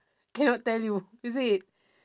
cannot tell you is it